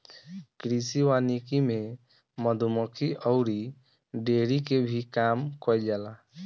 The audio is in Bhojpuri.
कृषि वानिकी में मधुमक्खी अउरी डेयरी के भी काम कईल जाला